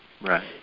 Right